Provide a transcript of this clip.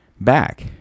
back